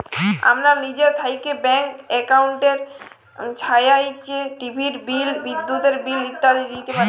আমরা লিজে থ্যাইকে ব্যাংক একাউল্টের ছাহাইয্যে টিভির বিল, বিদ্যুতের বিল ইত্যাদি দিইতে পারি